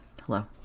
Hello